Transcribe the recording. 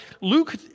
Luke